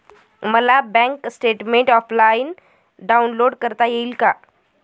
मला bank statement offline download करता येईल का?